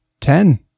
Ten